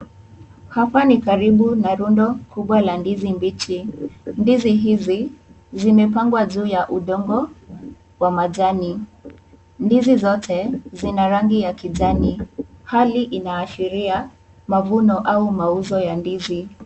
Hapa ni karibu na rundo kubwa la ndizi mbichi. Ndizi hizi zimepangwa juu ya udongo wa majani. Ndizi zote zina rangi ya kijani. Hali inaashiria mavuno au mauzo ya ndizi.